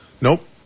Nope